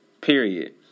period